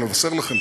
לבשר לכם,